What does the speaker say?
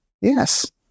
Yes